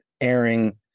airing